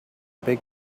big